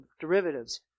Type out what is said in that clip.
derivatives